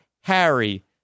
Harry